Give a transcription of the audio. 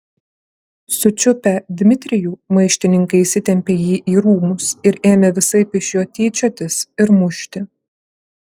sučiupę dmitrijų maištininkai įsitempė jį į rūmus ir ėmė visaip iš jo tyčiotis ir mušti